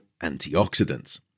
antioxidants